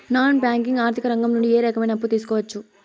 Non banking ఆర్థిక రంగం నుండి ఏ రకమైన అప్పు తీసుకోవచ్చు?